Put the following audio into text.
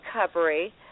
recovery